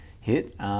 hit